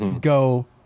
go